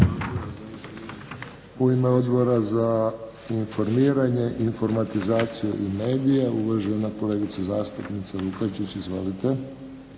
U ime Odbora za informiranje i informatizaciju i medije uvažena kolegica zastupnica Lukačić. Izvolite.